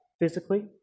Physically